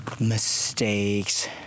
mistakes